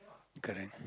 correct